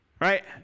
Right